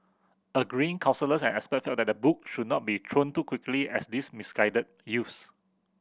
agreeing counsellors and expert felt that the book should not be thrown too quickly at these misguided youths